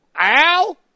Al